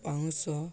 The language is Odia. ପାଉଁଶ